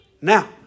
Now